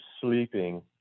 sleeping